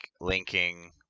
linking